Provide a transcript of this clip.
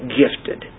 gifted